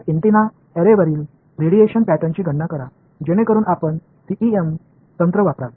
எனவே ஆண்டெனா வரிசையில் உள்ள கதிர்வீச்சு முறையை கணக்கிடுங்கள் எனவே நீங்கள் CEM நுட்பங்களைப் பயன்படுத்துவீர்கள்